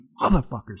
motherfuckers